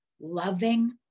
loving